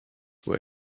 were